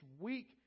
week